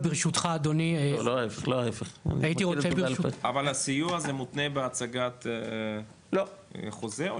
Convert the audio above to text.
--- אבל הסיוע הזה מותנה בהצגת חוזה,